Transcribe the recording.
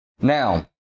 now